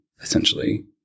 Essentially